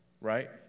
right